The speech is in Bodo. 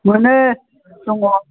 मोनो दङ